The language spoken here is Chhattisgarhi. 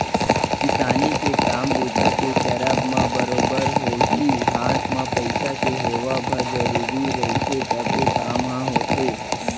किसानी के काम बूता के करब म बरोबर होही हात म पइसा के होवइ ह जरुरी रहिथे तभे काम ह होथे